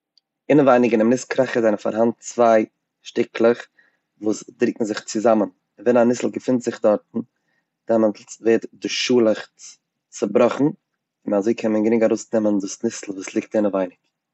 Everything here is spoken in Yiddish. אינערווייניג אין די ניס קראכער זענען פארהאן צוויי שטיקלעך וואס דרוקן זיך צוזאמען, ווען א ניס געפינט זיך דארטן דעמאלטס ווערט די שאלעכץ צובראכן און אזוי קען מען גרינג ארויסנעמען דאס ניסל וואס ליגט אינעווייניג.